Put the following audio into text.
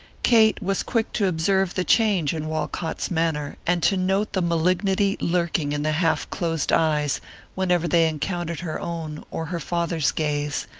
kate was quick to observe the change in walcott's manner and to note the malignity lurking in the half-closed eyes whenever they encountered her own or her father's gaze,